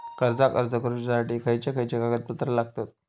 कर्जाक अर्ज करुच्यासाठी खयचे खयचे कागदपत्र लागतत